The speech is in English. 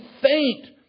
faint